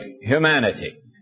humanity